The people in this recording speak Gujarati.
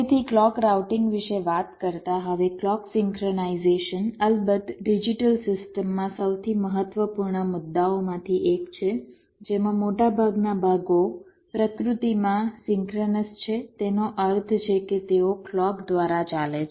તેથી ક્લૉક રાઉટિંગ વિશે વાત કરતા હવે ક્લૉક સિંક્રનાઇઝેશન અલબત્ત ડિજિટલ સિસ્ટમ્સમાં સૌથી મહત્વપૂર્ણ મુદ્દાઓમાંથી એક છે જેમા મોટાભાગના ભાગો પ્રકૃતિમાં સિંક્રનસ છે તેનો અર્થ છે કે તેઓ ક્લૉક દ્વારા ચાલે છે